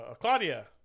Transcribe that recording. Claudia